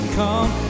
come